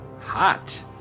hot